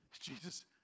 Jesus